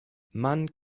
man